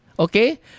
okay